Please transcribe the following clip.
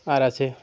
আর আছে